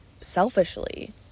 selfishly